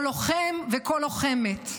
כל לוחם וכל לוחמת,